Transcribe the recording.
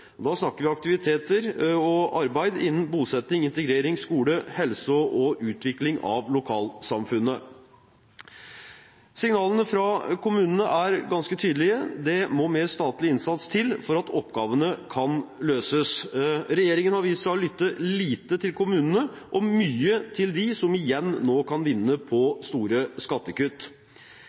Da snakker vi om aktiviteter og arbeid innen bosetting, integrering, skole, helse og utvikling av lokalsamfunnet. Signalene fra kommunene er ganske tydelige: Det må mer statlig innsats til for at oppgavene kan løses. Regjeringen har vist seg å lytte lite til kommunene og mye til dem som nå igjen kan vinne på store skattekutt.